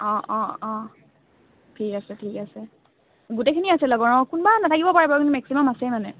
অঁ অঁ অঁ ঠিক আছে ঠিক আছে গোটেইখিনি আছে লগৰ অঁ কোনোবা নাথাকিব পাৰে কিন্তু মেক্সিমাম আছে মানে